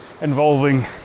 involving